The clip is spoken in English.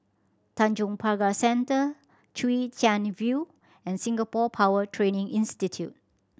Tanjong Pagar Centre Chwee Chian View and Singapore Power Training Institute